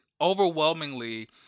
overwhelmingly